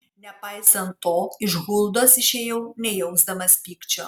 nepaisant to iš huldos išėjau nejausdamas pykčio